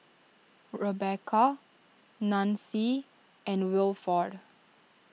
Rebeca Nancie and Wilford